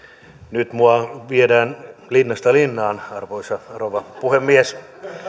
nyt mua viedään linnasta linnaan arvoisa rouva puhemies